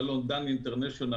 מלון דן אינטרנשיונל,